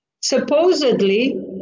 Supposedly